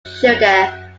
sugar